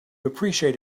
appreciate